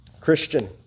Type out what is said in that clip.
Christian